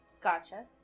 Gotcha